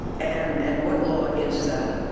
and and what law is that?